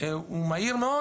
הוא מהיר מאוד.